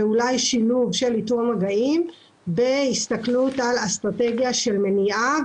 ואולי שילוב של איתור מגעים בהסתכלות על אסטרטגיה של מניעה,